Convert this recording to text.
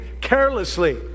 carelessly